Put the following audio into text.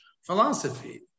philosophy